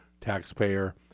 taxpayer